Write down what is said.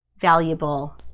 valuable